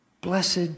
Blessed